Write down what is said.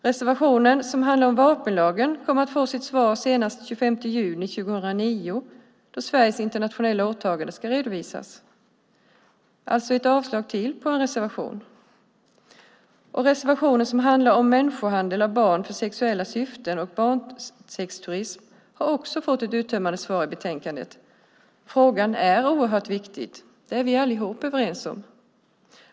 Reservationen om vapenlagen kommer att få sitt svar senast den 25 juni 2009 då Sveriges internationella åtagande ska redovisas. Det innebär ett avslag till på en reservation. Reservationen som handlar om människohandel med barn för sexuella syften och barnsexturism har också fått ett uttömmande svar i betänkandet. Frågan är oerhört viktig. Det är vi allihop överens om.